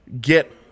get